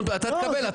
אתה תקבל.